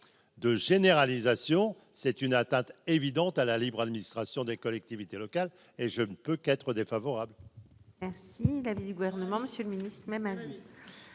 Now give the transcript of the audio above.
de généralisation, c'est une atteinte évidente à la libre administration des collectivités locales, et je ne peux qu'être défavorable.